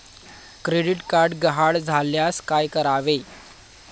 Credit card गहाळ झाल्यास काय करावे?